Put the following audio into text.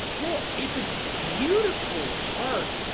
well, it's a beautiful arc,